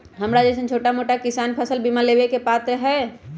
हमरा जैईसन छोटा मोटा किसान फसल बीमा लेबे के पात्र हई?